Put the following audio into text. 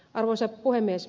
arvoisa puhemies